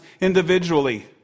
individually